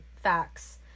facts